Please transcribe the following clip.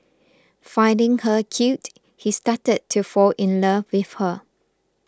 finding her cute he started to fall in love with her